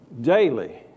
Daily